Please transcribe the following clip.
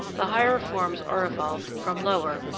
the higher forms are evolved from lower,